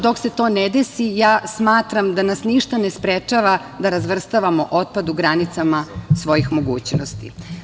Dok se to ne desi, ja smatram da nas ništa ne sprečava da razvrstavamo otpad u granicama svojih mogućnosti.